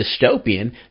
dystopian